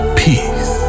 peace